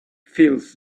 fills